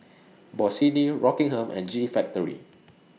Bossini Rockingham and G Factory